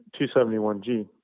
271G